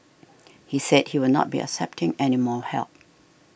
he said he will not be accepting any more help